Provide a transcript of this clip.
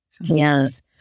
Yes